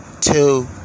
two